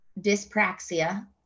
dyspraxia